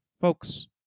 Folks